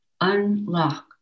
Unlock